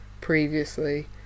previously